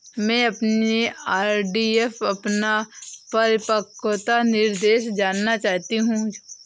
मैं अपने आर.डी पर अपना परिपक्वता निर्देश जानना चाहती हूँ